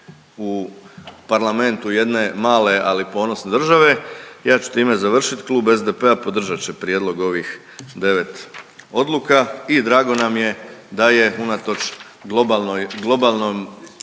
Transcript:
u Parlamentu jedne male, ali ponosne države, ja ću time završit. Klub SDP-a podržat će prijedlog ovih devet odluka i drago nam je da je unatoč globalnoj